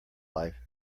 life